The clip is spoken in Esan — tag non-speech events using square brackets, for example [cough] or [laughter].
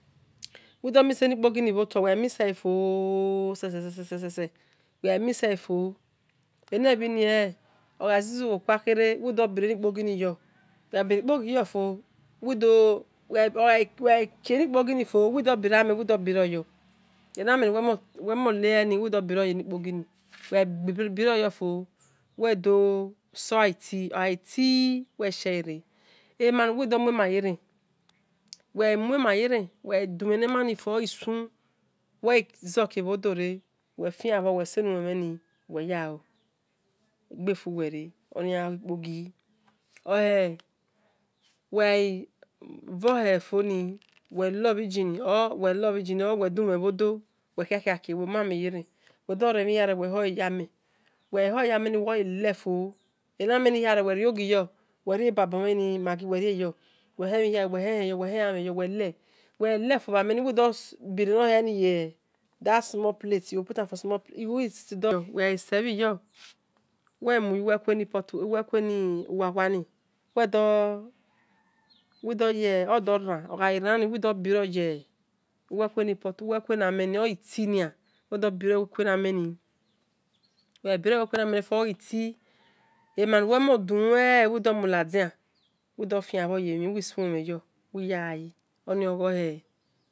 [noise] widumiss ankoqini ota weamisseafio sea sea sea sea wemisseafio anvinio orazuqoqoku here wedubiromikipaqini yo weaibirikoqiyofo wedu weaikunkoqifio wedubiroami weibiroyo anmiuwemuleon wedubiroyo koqin webiroyofio wedusea oti ovaiti wegheara ama wedomuma yera weaimumayera weaiduvanimeifio oesu ezieku odore wefno wesinuwemeni weyao afeefuerie onokoqi ohie̱ eweaivohiefon weloiqen or wedomeodu weheheke wemomiyara weduremi varere wehuayami wea huyamina woqalefin amin herere weoqiyo werabumini maqqi werebumior onimeheo werenami ahien weleiwerefiovamini widubirani hien yesmall plant wisiviyo weaiseveyo wemouwekuna wawa iri wedue odure oqairma widubiro uwekuni pot uwikanimina otie na wedubiro uwekuamin webirouwekuanimi oetike ama nawemu dumue wedumuledia widufnvoyemi wisuwemi yo weyasa onioqawe